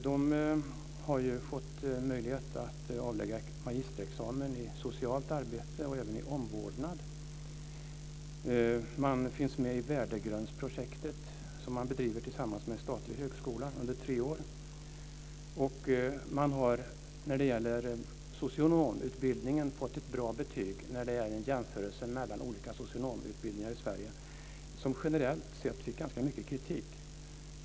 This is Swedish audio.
Man har fått möjlighet att utfärda magisterexamen i socialt arbete och även i omvårdnad. Man finns med i värdegrundsprojektet, som man bedriver tillsammans med en statlig högskola under tre år. Man har när det gäller socionomutbildningen fått bra betyg i jämförelsen mellan olika socionomutbildningar i Sverige, som generellt sett fått ganska mycket kritik.